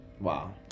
wow